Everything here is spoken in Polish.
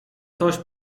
coś